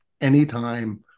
anytime